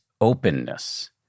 openness